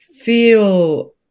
feel